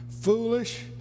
foolish